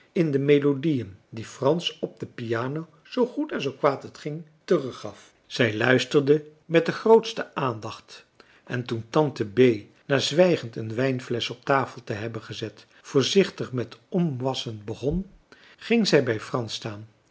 in de melodieën die frans op de piano zoo goed en zoo kwaad het ging teruggaf zij luisterde met de grootste aandacht en toen tante bee na zwijgend een wijnflesch op tafel te hebben gezet voorzichtig met omwasschen begon ging zij bij frans staan